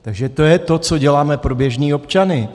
Takže to je to, co děláme pro běžné občany.